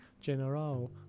General